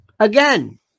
Again